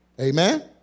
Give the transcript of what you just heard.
Amen